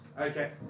Okay